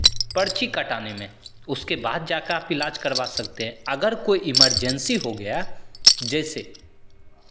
पर्ची कटाने में तो उसके बाद आप जा के इलाज करवा सकते हैं अगर कोई इमरजेंसी हो गया जैसे